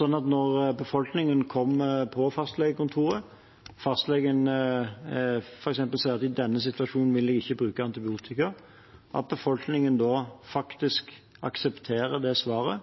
når folk kommer på fastlegekontoret og fastlegen f.eks. sier at i denne situasjonen vil jeg ikke bruke antibiotika, aksepterer man faktisk det svaret.